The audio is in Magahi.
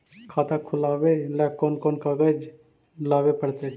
खाता खोलाबे ल कोन कोन कागज लाबे पड़तै?